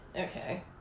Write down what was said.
Okay